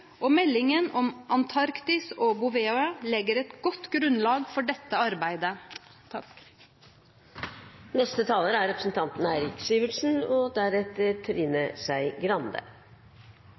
og meldingen om Antarktis og Bouvetøya legger et godt grunnlag for dette arbeidet. La meg få starte med en takk til saksordfører Alexandrova for en veldig god framstilling og